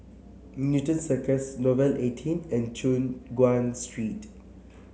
Newton Cirus Nouvel eighteen and Choon Guan Street